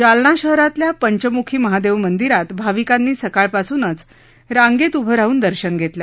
जालना शहरातल्या पंचम्खी महादेव मंदिरात भाविकांनी सकाळपासूनच रांगेत उभे राहन दर्शन घेतलं